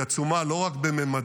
היא עצומה לא רק בממדיה,